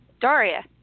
Daria